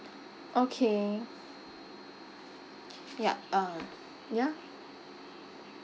okay yup uh ya